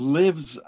lives